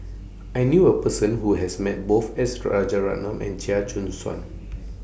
I knew A Person Who has Met Both S Rajaratnam and Chia Choo Suan